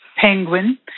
Penguin